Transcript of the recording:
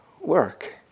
work